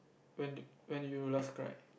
when did when did you last cry